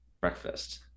breakfast